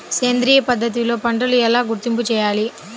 సేంద్రియ పద్ధతిలో పంటలు ఎలా గుర్తింపు చేయాలి?